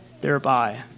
thereby